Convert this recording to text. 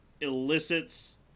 elicits